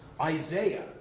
Isaiah